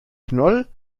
knoll